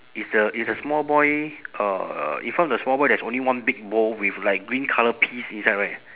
is the is the small boy uh in front of the small boy there is only one big bowl with like green colour peas inside right